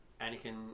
Anakin